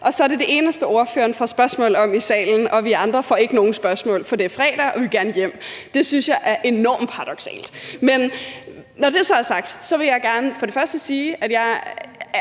og så er det det eneste, ordføreren får spørgsmål om i salen, og vi andre får ikke nogen spørgsmål, for det er fredag, og vi vil gerne hjem. Det synes jeg er enormt paradoksalt. Men når det så er sagt, vil jeg gerne for det første sige, at jeg har